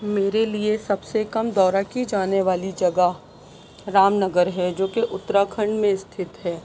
میرے لیے سب سے کم دورہ کی جانے والی جگہ رام نگر ہے جو کہ اُتراکھنڈ میں استھت ہے